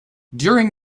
during